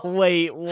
wait